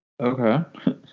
Okay